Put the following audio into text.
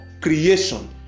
creation